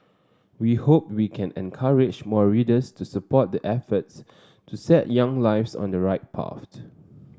we hope we can encourage more readers to support the efforts to set young lives on the right path